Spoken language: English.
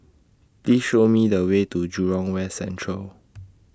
Please Show Me The Way to Jurong West Central